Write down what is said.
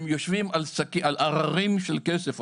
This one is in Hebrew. הם יושבים על הררים של כסף,